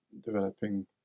developing